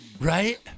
Right